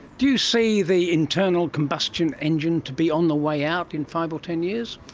do you see the internal combustion engine to be on the way out in five or ten years?